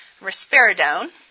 risperidone